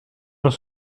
dans